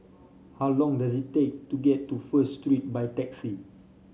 how long does it take to get to First Street by taxi